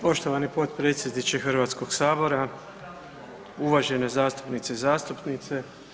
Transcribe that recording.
Poštovani potpredsjedniče Hrvatskog sabora, uvažene zastupnice i zastupnici.